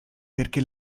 perché